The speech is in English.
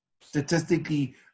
statistically